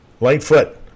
Lightfoot